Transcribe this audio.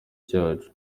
cacu